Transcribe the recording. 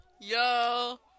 Yo